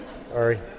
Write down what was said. Sorry